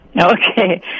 Okay